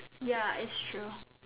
ya it's true